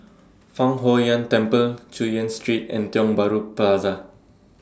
Fang Huo Yuan Temple Chu Yen Street and Tiong Bahru Plaza